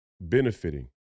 benefiting